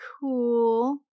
cool